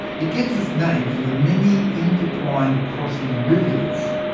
it gets its name from the many intertwined crossing rivulets,